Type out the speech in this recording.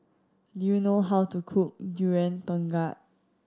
do you know how to cook Durian Pengat